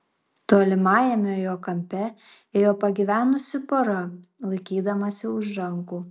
tolimajame jo kampe ėjo pagyvenusi pora laikydamasi už rankų